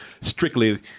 strictly